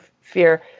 fear